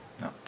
No